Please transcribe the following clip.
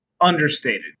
understated